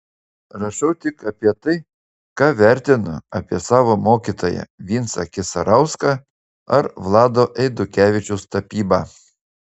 rašau tik apie tai ką vertinu apie savo mokytoją vincą kisarauską ar vlado eidukevičiaus tapybą